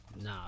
Nah